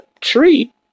tree